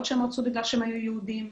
שהם רצו כיוון שהם היו יהודים.